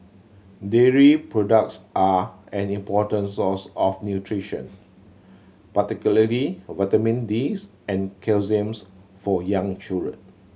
dairy products are an important source of nutrition particularly vitamin D and calcium for young children